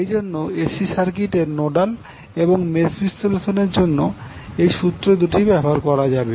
এইজন্য এসি সার্কিটের নোডাল এবং মেশ বিশ্লেষণের জন্য এই সূত্র দুটি ব্যবহার করা যাবে